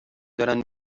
دارن